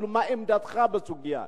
אפילו מה עמדתך בסוגיה.